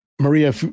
Maria